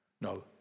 no